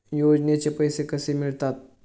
योजनेचे पैसे कसे मिळतात?